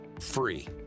free